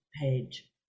page